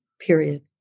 period